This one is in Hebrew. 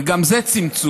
וגם זה צמצום: